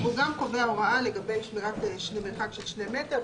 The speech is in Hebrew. הוא גם קובע הוראה לגבי שמירת מרחק של שני מטר.